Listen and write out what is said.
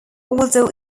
also